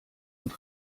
und